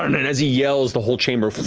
and and as he yells, the whole chamber